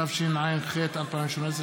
התשע"ח 2018,